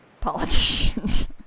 politicians